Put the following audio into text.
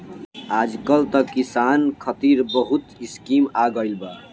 आजकल त किसान खतिर बहुत स्कीम आ गइल बा